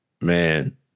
Man